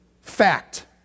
Fact